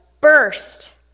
burst